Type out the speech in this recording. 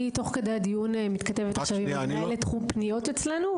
תוך כדי הדיון אני מתכתבת עם תחום פניות אצלנו,